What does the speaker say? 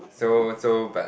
so so bad